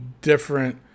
different